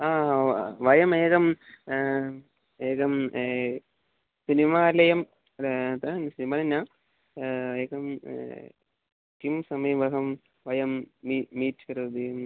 वयम् एकम् एकं सिनेमालयं एकं किं समीपमहं वयं मी मीट् करोति